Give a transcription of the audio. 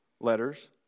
letters